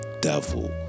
devil